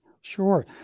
Sure